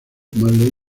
marley